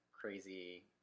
crazy